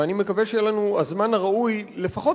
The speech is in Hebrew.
ואני מקווה שיהיה לנו הזמן הראוי לפחות